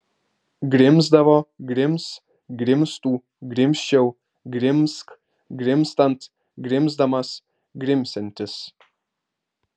grimzdavo grims grimztų grimzčiau grimzk grimztant grimzdamas grimsiantis